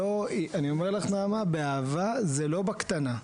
אני אומר לך, נעמה, באהבה, זה לא בקטנה.